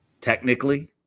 technically